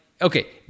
okay